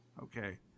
okay